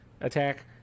attack